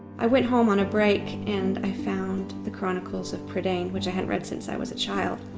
i went home on a break and i found the chronicles of prydain which i had read since i was a child.